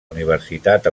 universitat